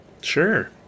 Sure